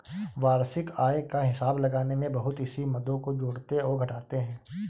वार्षिक आय का हिसाब लगाने में बहुत सी मदों को जोड़ते और घटाते है